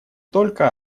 только